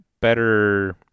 better